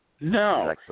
No